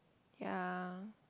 ya